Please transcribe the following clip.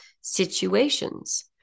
situations